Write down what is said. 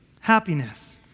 happiness